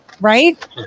Right